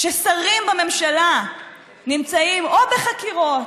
כששרים בממשלה נמצאים או בחקירות,